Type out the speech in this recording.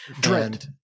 Dread